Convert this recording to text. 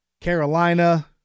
Carolina